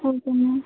okay ma'am